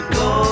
go